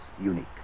unique